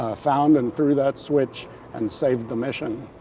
ah found and threw that switch and saved the mission.